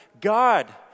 God